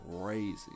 crazy